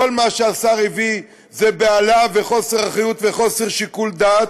כל מה שהשר הביא זה בהלה וחוסר אחריות וחוסר שיקול דעת,